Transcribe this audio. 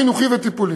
חינוכי וטיפולי.